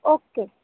okay